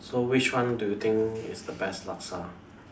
so which one do you think is the best laksa